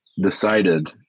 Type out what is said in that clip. decided